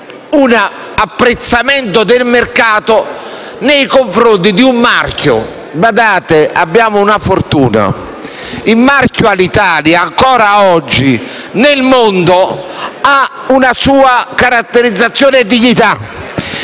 un apprezzamento del mercato nei confronti di un marchio. Abbiamo una fortuna. Il marchio Alitalia, ancora oggi, nel mondo ha una sua caratterizzazione e una